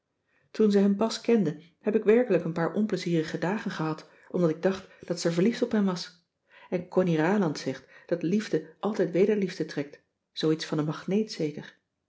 toen ze hem pas kende heb ik werkelijk een paar onpleizierige dagen gehad omdat ik dacht dat ze verliefd op hem was en connie ralandt zegt dat liefde altijd wederliefde trekt zooiets van een magneet zeker